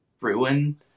ruin